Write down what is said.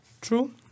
True